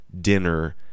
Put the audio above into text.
dinner